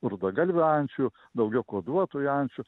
rudagalvių ančių daugiau kuoduotųjų ančių